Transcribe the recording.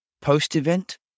post-event